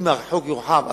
אם החוק יורחב,